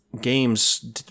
games